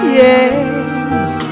yes